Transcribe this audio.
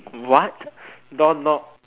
what door knob